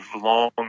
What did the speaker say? long